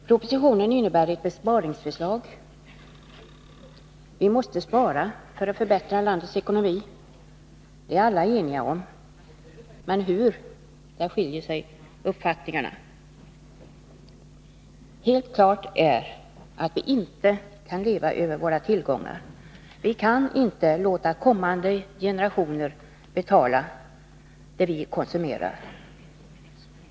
Propositionen innehåller ett besparingsförslag. Att vi måste spara för att förbättra landets ekonomi är alla eniga om. Men när det gäller metoderna skiljer sig uppfattningarna. Helt klart är att vi inte kan leva över våra tillgångar. Vi kan inte låta kommande generationer betala vad vi konsumerar i dag.